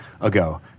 ago